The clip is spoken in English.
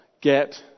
get